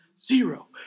Zero